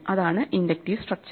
അതാണ് inductive structure